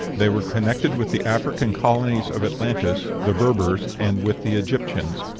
they were connected with the african colonies of atlantis, the berbers, and with the egyptians.